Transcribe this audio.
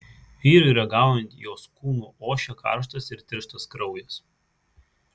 vyrui ragaujant jos kūnu ošė karštas ir tirštas kraujas